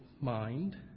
mind